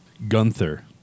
Gunther